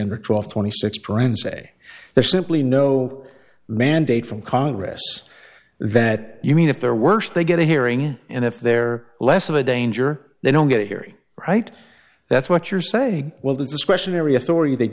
under twelve twenty six brand say there's simply no mandate from congress that you mean if they're worse they get a hearing and if they're less of a danger they don't get a theory right that's what you're saying well the discretionary authority they